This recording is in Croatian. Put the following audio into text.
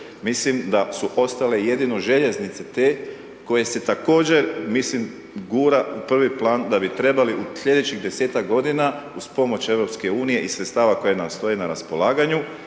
mislim da su ostale jedino željeznice te koje se također mislim gura u prvi plan da bi trebali u sljedećih 10-ak godina uz pomoć EU i sredstava koje nam stoje na raspolaganju,